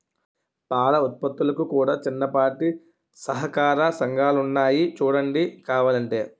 పాల ఉత్పత్తులకు కూడా చిన్నపాటి సహకార సంఘాలున్నాయి సూడండి కావలంటే